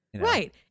right